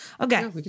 Okay